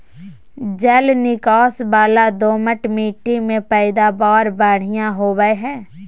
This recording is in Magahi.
जल निकास वला दोमट मिट्टी में पैदावार बढ़िया होवई हई